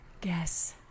guess